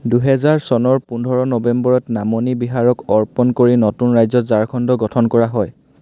দুহেজাৰ চনৰ পোন্ধৰ নৱেম্বৰত নামনি বিহাৰক অৰ্পণ কৰি নতুন ৰাজ্য ঝাৰখণ্ড গঠন কৰা হয়